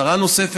שרה נוספת,